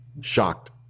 shocked